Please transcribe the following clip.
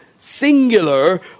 Singular